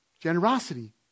Generosity